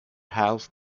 half